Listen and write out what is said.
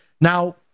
Now